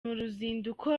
uruzinduko